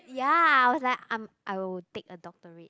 ya I was like I'm I would take a doctorate